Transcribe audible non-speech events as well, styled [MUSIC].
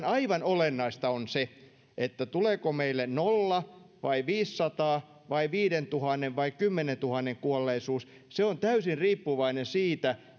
[UNINTELLIGIBLE] aivan olennaista on se että tuleeko meille nollan vai viidensadan vai viidentuhannen vai kymmenentuhannen kuolleisuus se on täysin riippuvainen siitä [UNINTELLIGIBLE]